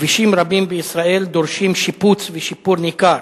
כבישים רבים בישראל דורשים שיפוץ ושיפור ניכר,